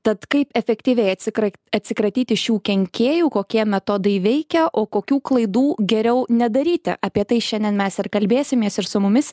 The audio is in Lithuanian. tad kaip efektyviai atsikra atsikratyti šių kenkėjų kokie metodai veikia o kokių klaidų geriau nedaryti apie tai šiandien mes ir kalbėsimės ir su mumis